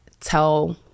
tell